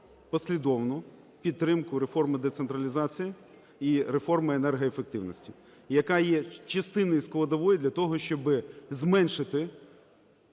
послідовну підтримку реформи децентралізації і реформи енергоефективності, яка є частиною складовою для того, щоб зменшити